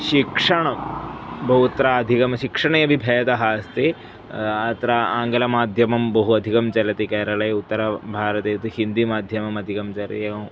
शिक्षणं बहुत्र अधिकं शिक्षणे अपि भेदः अस्ति अत्र आङ्गलमाध्यमं बहु अधिकं चलति केरले उत्तरभारते तु हिन्दीमाध्यमम् अधिकं चलति एवम्